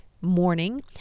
morning